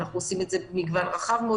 אנחנו עושים את זה במגוון רחב מאוד